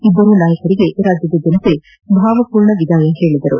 ಇಬ್ಬರೂ ನಾಯಕರಿಗೆ ರಾಜ್ಯದ ಜನತೆ ಭಾವಪೂರ್ಣ ವಿದಾಯ ಹೇಳಿದರು